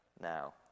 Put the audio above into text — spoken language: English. now